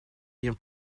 ayant